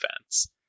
defense